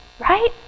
Right